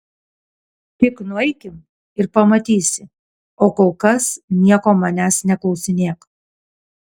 tik nueikim ir pamatysi o kol kas nieko manęs neklausinėk